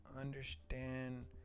understand